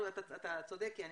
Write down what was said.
אתה צודק, אני